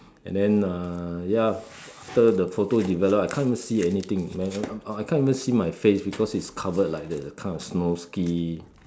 and then uh ya after the photo developed I can't even see anything then I I I can't even see my face because it's covered like the kind of snow ski